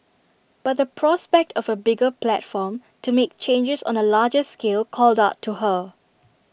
but the prospect of A bigger platform to make changes on A larger scale called out to her